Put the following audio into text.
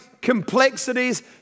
complexities